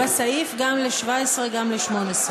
בסעיף, גם ל-2017, גם ל-2018.